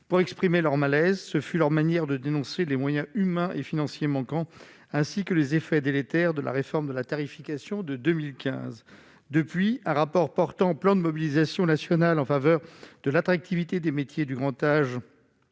pour exprimer leur malaise, ce fut leur manière de dénoncer les moyens humains et financiers, manquant ainsi que les effets délétères de la réforme de la tarification de 2015 depuis un rapport portant plan de mobilisation nationale en faveur de l'attractivité des métiers du grand âge,